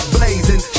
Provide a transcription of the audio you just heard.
Blazing